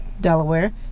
Delaware